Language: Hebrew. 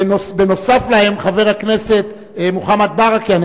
ובנוסף להם חבר הכנסת מוחמד ברכה.